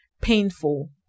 painful